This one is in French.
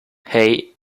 hey